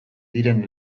diren